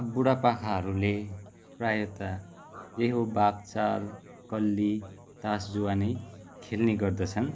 अब बुढापाकाहरूले प्रायः त त्यही हो बाघचाल कल्ली तास जुवा नै खेल्ने गर्दछन्